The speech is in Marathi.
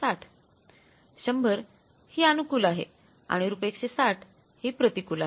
शंभर ही अनुकूल आहे आणि रुपये 160 ही प्रतिकूल आहे